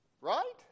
right